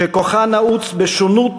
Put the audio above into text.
שכוחה נעוץ בשונות